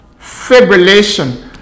fibrillation